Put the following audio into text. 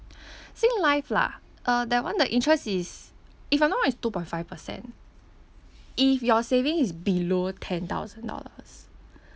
Singlife lah uh that one the interest is if I'm not wrong is two point five percent if your savings is below ten thousand dollars